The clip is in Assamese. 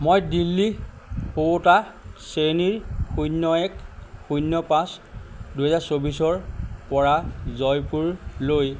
মই দিল্লী শুৱোঁতা শ্ৰেণীৰ শূন্য এক শূন্য পাঁচ দুহেজাৰ চৌবিছৰপৰা জয়পুৰলৈ